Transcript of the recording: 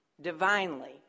divinely